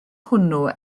hwnnw